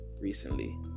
recently